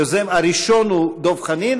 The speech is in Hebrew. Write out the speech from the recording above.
היוזם הראשון הוא דב חנין,